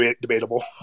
debatable